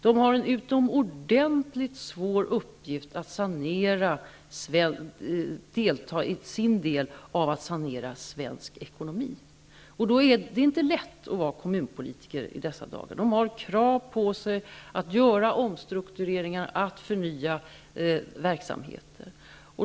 De har en utomordentligt svår uppgift att genomföra sin del av saneringen av svensk ekonomi. Det är i dessa dagar inte lätt att vara kommunpolitiker. De har krav på sig att göra omstruktureringar och förnya verksamheter.